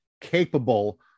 capable